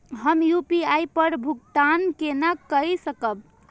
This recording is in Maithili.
हम यू.पी.आई पर भुगतान केना कई सकब?